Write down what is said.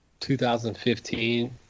2015